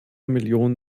millionen